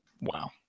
wow